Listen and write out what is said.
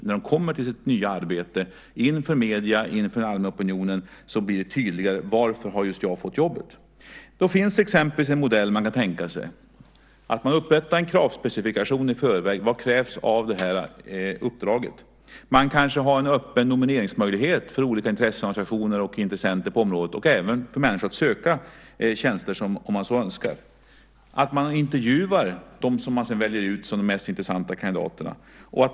När de kommer till sina nya arbeten, inför medierna och inför den allmänna opinionen, blir det tydligare varför man fått det aktuella jobbet. Det finns exempelvis en modell som man kan tänka sig där man upprättar en kravspecifikation i förväg: Vad krävs i det här uppdraget? Man kanske har en öppen nomineringsmöjlighet för olika intresseorganisationer och intressenter på området, och även en möjlighet för människor att söka tjänster om man så önskar. Det kan vara så att man intervjuar dem som man sedan väljer ut som de mest intressanta kandidaterna.